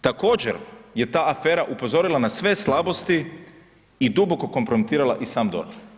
Također je ta afera upozorila na sve slabosti i duboko kompromitirala i sam DORH.